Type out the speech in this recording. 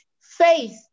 Faith